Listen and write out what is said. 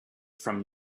from